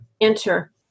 enter